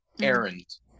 errands